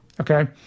Okay